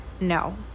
no